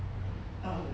um